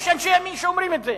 יש אנשי ימין שאומרים את זה.